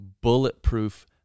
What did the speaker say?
bulletproof